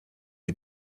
wie